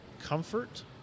comfort